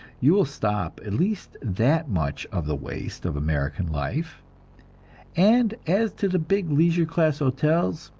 you will stop at least that much of the waste of american life and as to the big leisure class hotels,